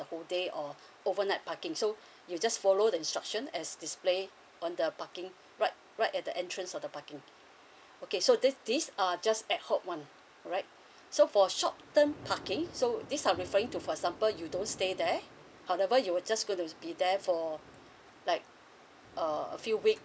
the whole day or over night parking so you just follow the instruction as displayed on the parking right right at the entrance of the parking okay so th~ this uh just at hop one alright so for short term parking so this are referring to for example you don't stay there however you will just go to be there for like uh a few weeks